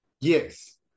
Yes